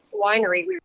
winery